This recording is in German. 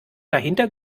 dahinter